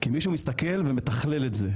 כי מישהו מסתכל ומתכלל את זה.